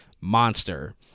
monster